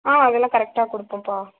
ஆ அதெல்லாம் கரைக்ட்டாக கொடுப்போம்ப்பா